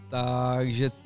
takže